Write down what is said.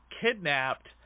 kidnapped